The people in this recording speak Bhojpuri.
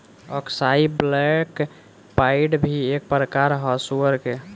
अक्साई ब्लैक पाइड भी एक प्रकार ह सुअर के